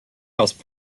else